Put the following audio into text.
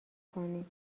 کنید